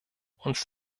uns